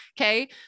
okay